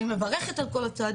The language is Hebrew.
אני מברכת על כל הצעדים,